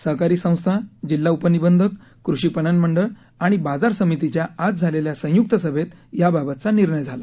सहकारी संस्था जिल्हा उपनिबंधक कृषी पणन मंडळ आणि बाजार समितीच्या आज झालेल्या संयुक्त सभेत याबाबतचा निर्णय झाला